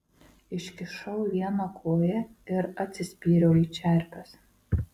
iškišau vieną koją ir atsispyriau į čerpes